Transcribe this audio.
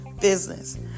business